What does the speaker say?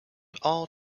all